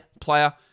player